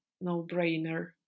no-brainer